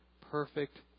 perfect